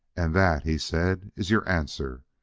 and that, he said, is your answer.